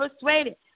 persuaded